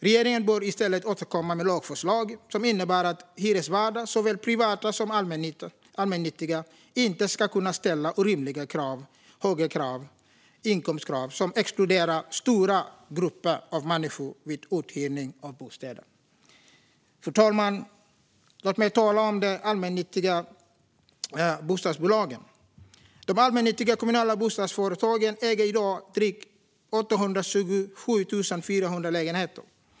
Regeringen bör i stället återkomma med lagförslag som innebär att hyresvärdar, såväl privata som allmännyttiga, inte ska kunna ställa orimligt höga inkomstkrav som exkluderar stora grupper av människor vid uthyrning av bostäder. Fru talman! Låt mig tala om de allmännyttiga bostadsbolagen. De allmännyttiga kommunala bostadsföretagen äger i dag drygt 827 400 lägenheter.